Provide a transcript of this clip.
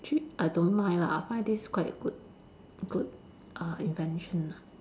actually I don't mind lah I find this quite good good uh invention ah